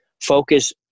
focus